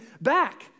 back